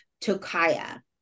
Tokaya